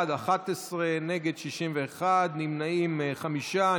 11, נגד, 61, נמנעים, חמישה.